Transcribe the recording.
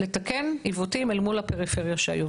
לתקן עיוותים שהיו מול הפריפריה.